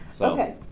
Okay